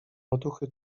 otuchy